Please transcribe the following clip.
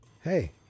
hey